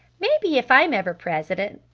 maybe if i'm ever president,